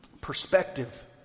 perspective